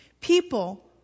People